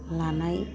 लानाय